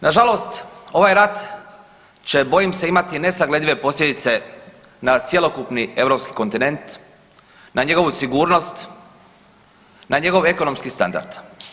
Nažalost, ovaj rat će bojim se imati nesagledive posljedice na cjelokupni Europski kontinent, na njegovu sigurnost, na njegov ekonomski standard.